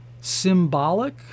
symbolic